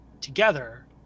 together